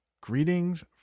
greetings